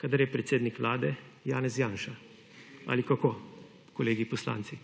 kadar je predsednik Vlade Janez Janša. Ali kako, kolegi poslanci?